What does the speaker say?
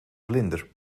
vlinder